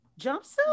jumpsuit